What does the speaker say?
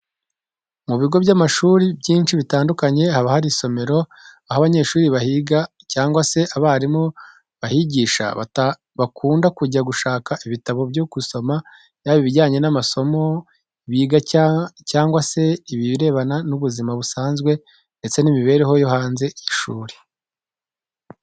Mu bigo by'amashuri byinshi bitandukanye haba hari isomero, aho abanyeshuri bahiga cyangwa se abarimu bahigisha bakunda kujya gushaka ibitabo byo gusoma, yaba ibijyanye n'amasomo biga cyangwa se ibirebana n'ubuzima busanzwe ndetse n'imibereho yo hanze y'ishuri.